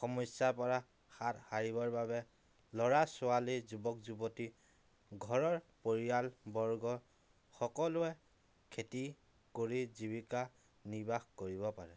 সমস্য়াৰ পৰা হাত সাৰিবৰ বাবে ল'ৰা ছোৱালী যুৱক যুৱতী ঘৰৰ পৰিয়ালবৰ্গ সকলোৱে খেতি কৰি জীৱিকা নিৰ্বাহ কৰিব পাৰে